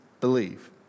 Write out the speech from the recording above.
believe